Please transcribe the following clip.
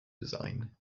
design